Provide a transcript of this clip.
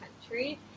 country